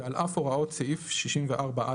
"ועל אף הוראות סעיף 64א(ב)(3)";